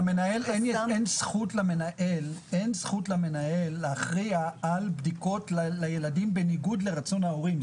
למנהל אין זכות להכריע על בדיקות לילדים בניגוד לרצון ההורים.